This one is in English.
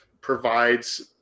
provides